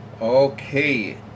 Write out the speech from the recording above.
Okay